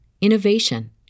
innovation